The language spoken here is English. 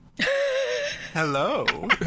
hello